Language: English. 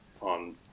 on